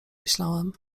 myślałem